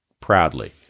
proudly